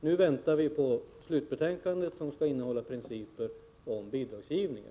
Nu väntar vi på slutbetänkandet, som skall innehålla förslag till principer för bidragsgivningen.